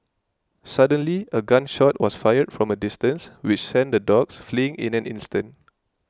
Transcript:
suddenly a gun shot was fired from a distance which sent the dogs fleeing in an instant